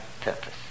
purpose